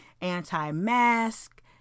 anti-mask